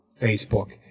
Facebook